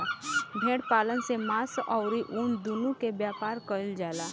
भेड़ पालन से मांस अउरी ऊन दूनो के व्यापार कईल जाला